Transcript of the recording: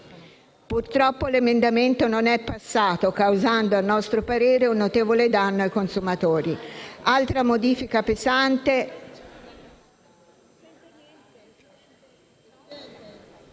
Purtroppo l'emendamento non è passato causando, a nostro parere, un notevole danno ai consumatori.